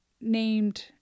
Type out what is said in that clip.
named